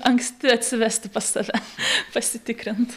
anksti atsivesti pas save pasitikrint